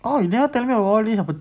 oh you never tell me about all these